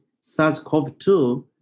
SARS-CoV-2